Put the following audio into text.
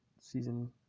season